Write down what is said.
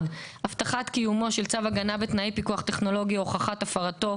(1)הבטחת קיומו של צו הגנה בתנאי פיקוח טכנולוגי או הוכחת הפרתו,